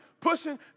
pushing